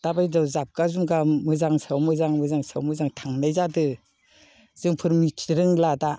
दा बायदियाव जाबगा जुमगा मोजां सायाव मोजां मोजां सायाव मोजां थांनाय जादो जोंफोर मिथिनो रोंला दा